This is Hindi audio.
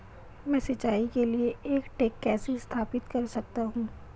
मैं सिंचाई के लिए एक टैंक कैसे स्थापित कर सकता हूँ?